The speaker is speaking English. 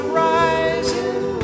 rising